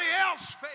else